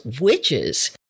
witches